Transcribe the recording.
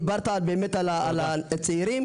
דיברת באמת על הצעירים,